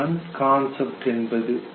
இதுதான் கான்செப்ட் என்பது